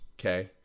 okay